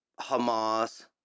Hamas